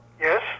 Yes